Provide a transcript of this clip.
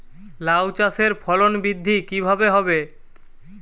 লাউ চাষের ফলন বৃদ্ধি কিভাবে হবে?